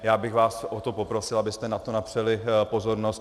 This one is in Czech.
Já bych vás o to poprosil, abyste na to napřeli pozornost.